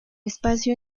espacio